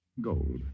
Gold